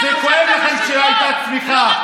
זה כואב לכם שהייתה צמיחה.